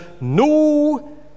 no